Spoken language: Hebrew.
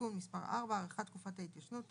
(תיקון מס' 4) (הארכת תקופת ההתיישנות),